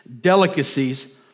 delicacies